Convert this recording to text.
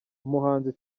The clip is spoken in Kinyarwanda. umuhanzi